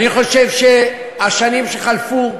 אני חושב שהשנים שחלפו